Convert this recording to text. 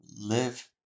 live